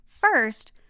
First